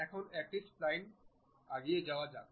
এখন একটি স্প্লাইন নির্মাণে এগিয়ে যাওয়া যাক